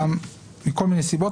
מכל מיני סיבות,